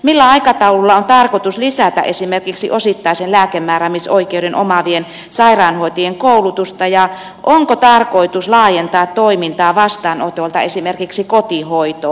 millä aikataululla on tarkoitus lisätä esimerkiksi osittaisen lääkkeenmääräämisoikeuden omaavien sairaanhoitajien koulutusta ja onko tarkoitus laajentaa toimintaa vastaanotoilta esimerkiksi kotihoitoon